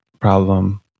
problem